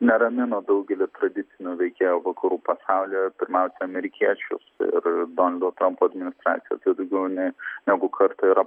neramina daugelį tradicinių veikėjų vakarų pasaulyje pirmiausia amerikiečius ir donaldo trampo administraciją tai daugiau nei negu kartą yra paro